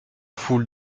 foule